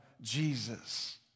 Jesus